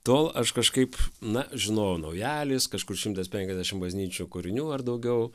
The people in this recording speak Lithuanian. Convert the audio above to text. tol aš kažkaip na žinojau naujalis kažkur šimtas penkiasdešim bažnyčių kūrinių ar daugiau